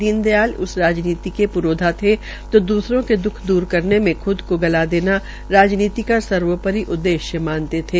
दीन दयाल इस राजनीति के प्रोधा थे जो दूसरों के द्ःख दूर करने में ख्द को गला देना राजनीतिक का सर्वोपरि उद्देश्य मानते थे